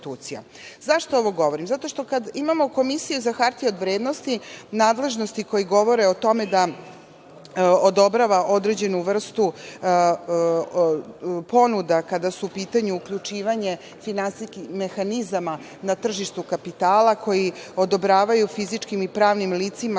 ovo govori? Zato što kada imamo Komisiju za hartije od vrednosti nadležnosti koje govore o tome da odobrava određenu vrstu ponuda kada su u pitanju uključivanje finansijskih mehanizama na tržištu kapitala, koji odobravaju fizičkim i pravnim licima